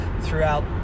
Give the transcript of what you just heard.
throughout